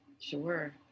Sure